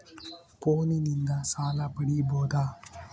ಫೋನಿನಿಂದ ಸಾಲ ಪಡೇಬೋದ?